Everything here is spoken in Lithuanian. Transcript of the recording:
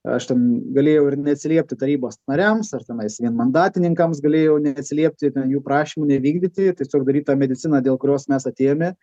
aš ten galėjau ir neatsiliepti tarybos nariams ar tenais vienmandatininkams galėjau neatsiliepti ten jų prašymų nevykdyti tiesiog daryt tą mediciną dėl kurios mes atėjome